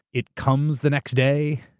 it comes the next day.